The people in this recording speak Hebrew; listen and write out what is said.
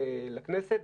לכנסת,